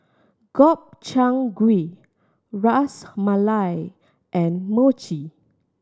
Gobchang Gui Ras Malai and Mochi